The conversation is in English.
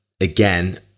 again